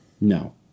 No